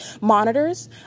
monitors